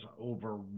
over